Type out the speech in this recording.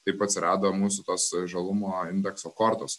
taip atsirado mūsų to žalumo indekso kortos